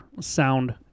sound